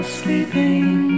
sleeping